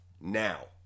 now